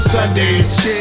Sundays